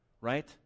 right